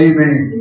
Amen